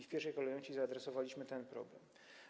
W pierwszej kolejności zaadresowaliśmy ten problem.